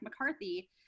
McCarthy